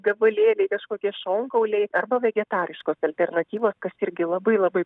gabalėliai kažkokie šonkauliai arba vegetariškos alternatyvos kas irgi labai labai